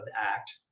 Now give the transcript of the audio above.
act